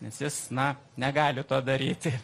nes jis na negali to daryti